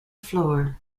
floor